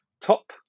top